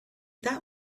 that